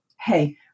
hey